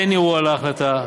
אין ערעור על ההחלטה.